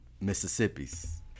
Mississippi's